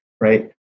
Right